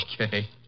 Okay